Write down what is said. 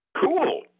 Cool